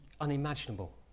unimaginable